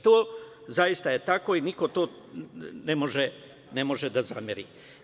To je zaista tako i niko to ne može da zameri.